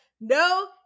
No